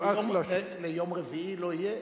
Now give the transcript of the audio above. ליום רביעי לא יהיה?